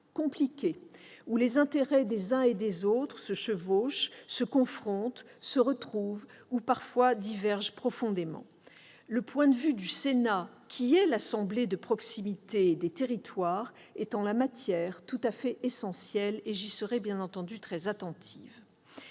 où les intérêts des uns et des autres se chevauchent, se confrontent, se retrouvent ou divergent parfois profondément. Le point de vue du Sénat, assemblée de la proximité et des territoires, est en la matière tout à fait essentiel, et j'y serai très attentive.